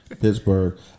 Pittsburgh